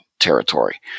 territory